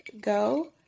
go